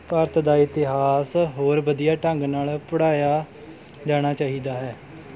ਭਾਰਤ ਦਾ ਇਤਿਹਾਸ ਹੋਰ ਵਧੀਆ ਢੰਗ ਨਾਲ਼ ਪੜ੍ਹਾਇਆ ਜਾਣਾ ਚਾਹੀਦਾ ਹੈ